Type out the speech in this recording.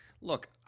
Look